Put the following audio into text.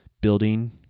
building